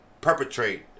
perpetrate